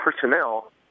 personnel